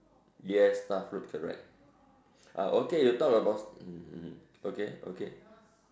yes starfruit correct uh okay you talk about mm okay okay